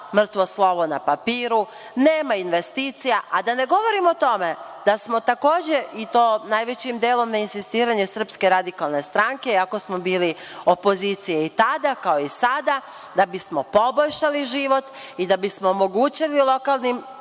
mrtvo slovo na papiru. Nema investicija, a da ne govorim o tome da smo, takođe, najvećim delom na insistiranje SRS, iako smo bili opozicija tada, a i sada, da bismo poboljšali život i da bismo omogućili lokalnim